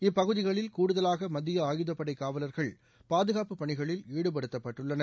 இப்பகுதிகளில் கூடுதலாக மத்திய காவலர்கள் பாதுகாப்பு பணிகளில் ஈடுபடுத்தப்பட்டுள்ளனர்